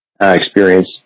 experience